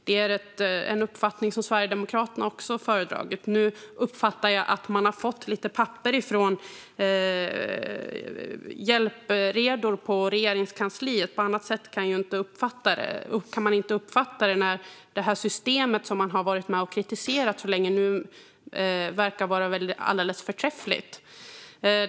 Det är en uppfattning som Sverigedemokraterna också har föredragit. Nu uppfattar jag att man har fått lite papper från hjälpredor på Regeringskansliet. På annat sätt går det inte att uppfatta det när det system man har kritiserat så länge nu verkar vara alldeles förträffligt.